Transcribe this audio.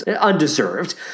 undeserved